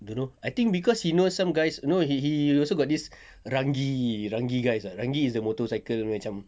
don't know I think cause he knows some guys you know he he also got this ranggi ranggi guys ah ranggi is the motorcycle macam